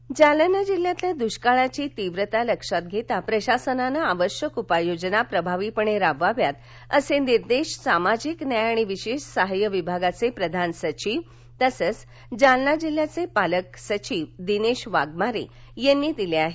दृष्काळ जालना जिल्ह्यातील दुष्काळाची तीव्रता लक्षात घेता प्रशासनानं आवश्यक उपाय योजना प्रभावीपणे राबवाव्यात असे निर्देश सामाजिक न्याय आणि विशेष सहाय्य विभागाचे प्रधान सचिव तथा जालना जिल्ह्याचे पालक सचिव दिनेश वाघमारे यांनी दिले आहेत